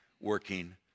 working